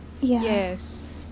Yes